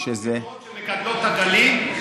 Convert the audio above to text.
שמגדלות עגלים.